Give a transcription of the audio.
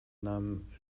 namen